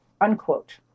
unquote